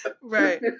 Right